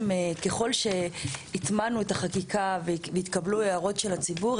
וככל שהטמענו את החקיקה והתקבלו הערות של הציבור,